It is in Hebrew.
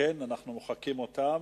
כן, אנחנו מוחקים אותם,